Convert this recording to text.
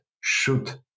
shoot